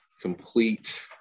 complete